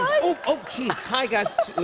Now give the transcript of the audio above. oh, geez. hi, guys.